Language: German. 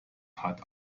hat